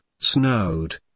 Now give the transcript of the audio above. snowed